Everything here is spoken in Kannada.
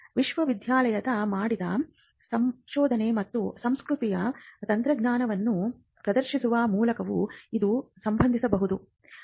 ವಿಶ್ವವಿದ್ಯಾನಿಲಯ ಮಾಡುವ ಸಂಶೋಧನೆ ಮತ್ತು ಸೃಷ್ಟಿಸುವ ತಂತ್ರಜ್ಞಾನವನ್ನು ಪ್ರದರ್ಶಿಸುವ ಮೂಲಕವೂ ಇದು ಸಂಭವಿಸಬಹುದು